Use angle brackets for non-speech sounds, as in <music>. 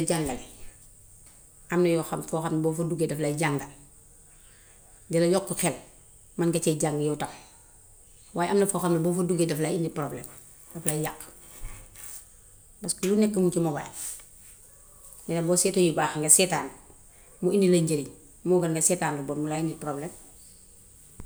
Di jàngale, am yoo xam, foo xam boo fa duggee daf lay jàngal di la yokku xel. Man nga cee jàng yow tam. Waaye am na foo xam boo fa duggee daf lay undil problème. Daf lay yàq paska lu nekk muŋ ci mobile. <unintelligible> Boo setee yu baax yi nga seetaan ko, mu undil la njëriñ, moo gën nga seetaan lu bon mu lay undil problème.